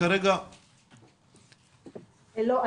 לא.